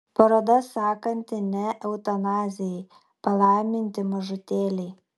paroda sakanti ne eutanazijai palaiminti mažutėliai